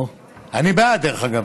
אני בעד, דרך אגב.